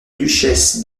duchesse